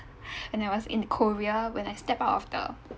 when I was in korea when I step out of the